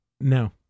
No